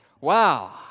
Wow